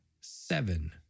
seven